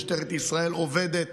משטרת ישראל עובדת